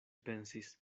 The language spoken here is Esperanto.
pensis